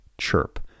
CHIRP